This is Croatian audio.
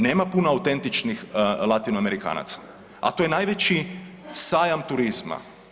Nema puno autentičnih Latinoamerikanaca, a to je najveći sajam turizma.